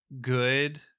good